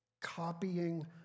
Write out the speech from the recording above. Copying